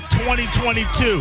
2022